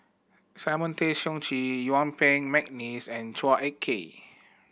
Simon Tay Seong Chee Yuen Peng McNeice and Chua Ek Kay